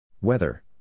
Weather